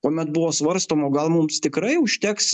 kuomet buvo svarstoma o gal mums tikrai užteks